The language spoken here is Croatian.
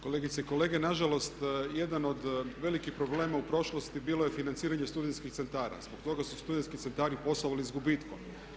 Kolegice i kolege, nažalost jedan od velikih problema u prošlosti bilo je financiranje studentskih centara, zbog toga su studentski centri poslovali sa gubitkom.